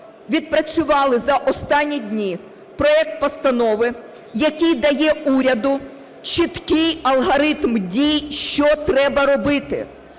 відпрацювали за останні дні проект постанови, який дає уряду чіткий алгоритм дій, що треба робити,